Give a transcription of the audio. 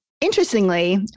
Interestingly